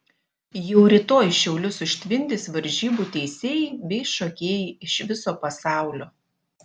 jau rytoj šiaulius užtvindys varžybų teisėjai bei šokėjai iš viso pasaulio